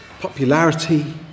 popularity